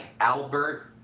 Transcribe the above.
albert